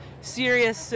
serious